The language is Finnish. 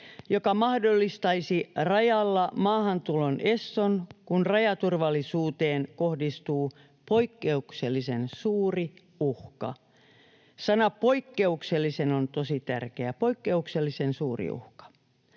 joka mahdollistaisi rajalla maahantulon eston, kun rajaturvallisuuteen kohdistuu poikkeuksellisen suuri uhka. Sana ”poikkeuksellisen” on tosi tärkeä — poikkeuksellisen suuri uhka.